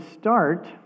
start